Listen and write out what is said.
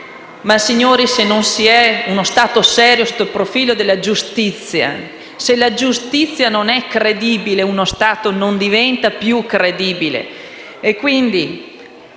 Ma, signori, se non si è uno Stato serio sotto il profilo della giustizia, se la giustizia non è credibile, uno Stato diventa non più credibile.